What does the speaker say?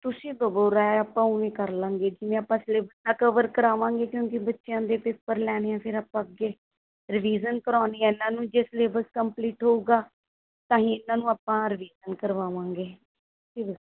ਤੁਸੀਂ ਦੇਵੋ ਰਾਏ ਆਪਾਂ ਉਵੇਂ ਕਰ ਲਵਾਂਗੇ ਜਿਵੇਂ ਆਪਾਂ ਸਿਲੇਬਸ ਦਾ ਕਵਰ ਕਰਾਵਾਂਗੇ ਕਿਉਂਕਿ ਬੱਚਿਆਂ ਦੇ ਪੇਪਰ ਲੈਣੇ ਹੈ ਫੇਰ ਆਪਾਂ ਅੱਗੇ ਰਿਵੀਜਨ ਕਰਵਾਉਣੀ ਹੈ ਇਨ੍ਹਾਂ ਨੂੰ ਜੇ ਸਿਲੇਬਸ ਕੰਪਲੀਟ ਹੋਊਗਾ ਤਾਂ ਹੀ ਇਨ੍ਹਾਂ ਨੂੰ ਆਪਾਂ ਰਿਵੀਜਨ ਕਰਾਵਾਵਾਂਗੇ ਫਿਰ